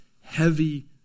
heavy